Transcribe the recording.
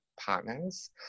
partners